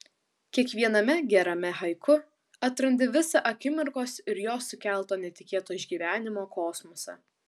kiekviename gerame haiku atrandi visą akimirkos ir jos sukelto netikėto išgyvenimo kosmosą